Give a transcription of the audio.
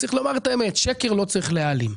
שקר לא צריך להעלים.